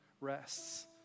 rests